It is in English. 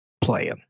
playing